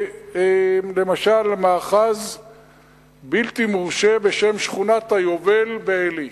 למשל במאחז בלתי מורשה בשם שכונת-היובל בעלי.